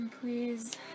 Please